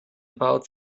about